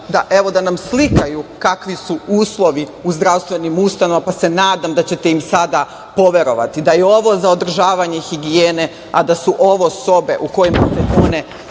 da nam slikaju kakvi su uslovi u zdravstvenim ustanovama, pa se nadam da ćete im sada poverovati, da je ovo za održavanje higijene, a da su ovo sobe u kojima se one